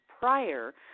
prior